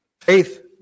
faith